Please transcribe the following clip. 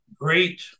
great